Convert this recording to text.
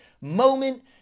moment